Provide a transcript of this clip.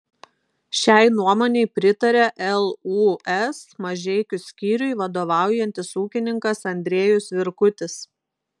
šiai nuomonei pritaria lūs mažeikių skyriui vadovaujantis ūkininkas andriejus virkutis